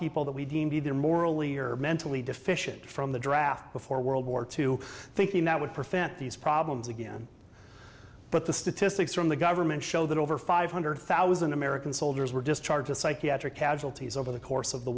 people that we deemed either morally or mentally deficient from the draft before world war two thinking that would prevent these problems again but the statistics from the government show that over five hundred thousand american soldiers were discharged a psychiatric casualties over the course of the